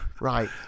right